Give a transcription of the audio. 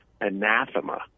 anathema